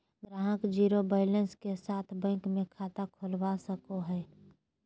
ग्राहक zero balance के साथ बैंक मे खाता खोलवा सको हय